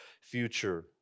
future